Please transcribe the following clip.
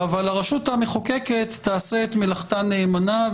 אבל הרשות המחוקקת תעשה את מלאכתה נאמנה.